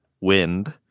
wind